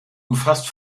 umfasst